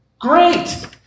Great